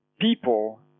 people